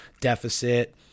deficit